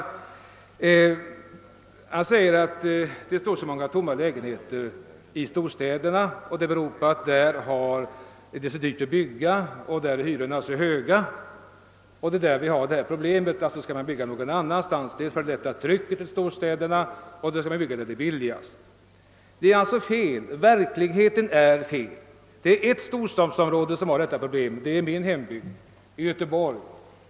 Herr Nilsson säger att det står många tomma lägenheter i storstäderna att det beror på att det där är så dyrt att bygga, att hyrorna där är höga och att det är där vi har detta problem; alltså skall man bygga någon annanstans för att lätta trycket i storstäderna och då skall man bygga där det är billigast. Det är fel. Ett storstadsområde har detta problem. Det är min hemstad Göteborg.